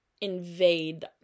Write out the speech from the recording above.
invade